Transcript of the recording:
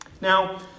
Now